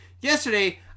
Yesterday